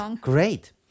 Great